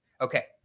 okay